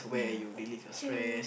yeah true